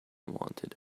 wanted